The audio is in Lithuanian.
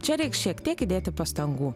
čia reiks šiek tiek įdėti pastangų